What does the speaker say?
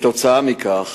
כתוצאה מכך,